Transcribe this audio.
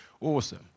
awesome